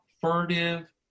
furtive